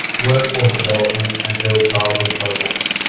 workforce development and early childhood programs.